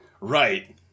Right